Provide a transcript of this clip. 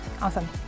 Awesome